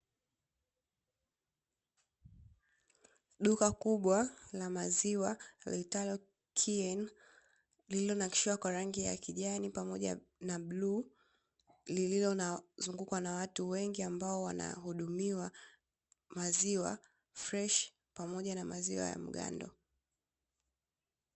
Duka kubwa la maziwa liitwalo Kieni lililonakishiwa kwa rangi ya kijani pamoja na bluu, lililozungukwa na watu wengi ambao wanahudumiwa maziwa freshi pamoja na maziwa mgando.